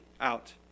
out